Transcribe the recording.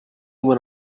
when